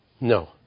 No